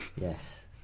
Yes